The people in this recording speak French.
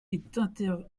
est